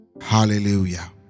hallelujah